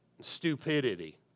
stupidity